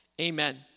Amen